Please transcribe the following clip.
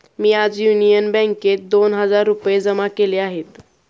मी आज युनियन बँकेत दोन हजार रुपये जमा केले आहेत